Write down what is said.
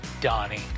Donnie